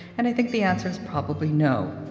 and i think the answer is probably no